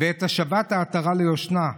ואת השבת העטרה ליושנה,